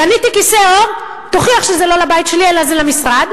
קניתי כיסא עור, תוכיח שזה לא לבית שלי אלא למשרד.